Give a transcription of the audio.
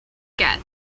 get